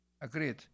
Agreed